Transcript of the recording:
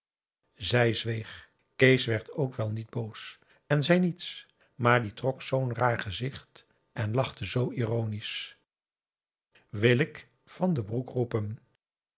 zij zweeg kees werd ook wel niet boos en zei niets maar die trok zoo'n raar gezicht en lachte zoo ironisch wil ik van den broek roepen